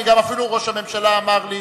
אפילו ראש הממשלה אמר לי.